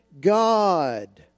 God